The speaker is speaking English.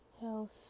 health